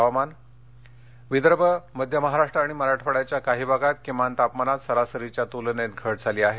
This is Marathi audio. हवामान विदर्भ मध्य महाराष्ट्र आणि मराठवाड्याच्या काही भागात किमान तापमानात सरासरीच्या तुलनेत घट झाली आहे